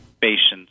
patients